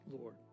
Lord